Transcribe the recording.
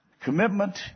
commitment